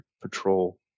patrol